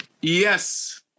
Yes